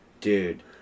Dude